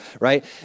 right